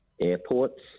airports